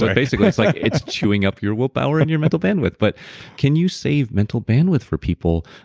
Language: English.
but basically, it's like it's chewing up your willpower and your mental bandwidth, but can you save mental bandwidth for people?